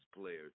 players